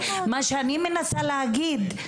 מה שאני מנסה להגיד,